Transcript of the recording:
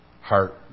heart